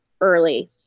early